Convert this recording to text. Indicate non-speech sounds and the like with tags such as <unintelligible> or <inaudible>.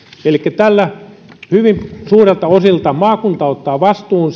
elikkä tällä hyvin suurilta osin maakunta ottaa vastuun <unintelligible>